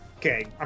Okay